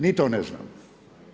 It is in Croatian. Ni to ne znamo.